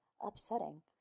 upsetting